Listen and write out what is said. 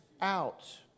out